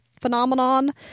phenomenon